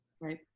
Right